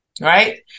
right